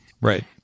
right